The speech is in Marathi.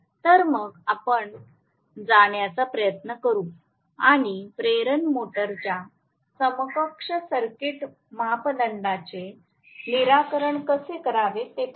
तर मग आपण जाण्याचा प्रयत्न करूया आणि प्रेरण मोटरच्या समकक्ष सर्किट मापदंडांचे निराकरण कसे करावे ते पाहू